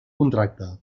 contracte